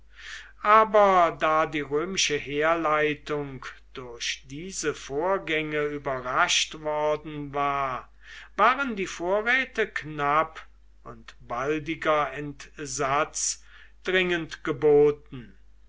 aber da die römische heerleitung durch diese vorgänge überrascht worden war waren die vorräte knapp und baldiger entsatz dringend geboten